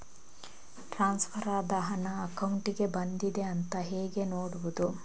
Transfer ಆದ ಹಣ ಅಕೌಂಟಿಗೆ ಬಂದಿದೆ ಅಂತ ಹೇಗೆ ನೋಡುವುದು?